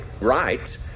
right